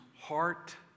heart